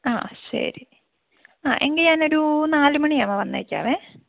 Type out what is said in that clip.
ആ ശരി ആ എങ്കിൽ ഞാനൊരു നാല് മണിയാവുമ്പോൾ വന്നേക്കാമേ